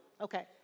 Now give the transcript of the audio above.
Okay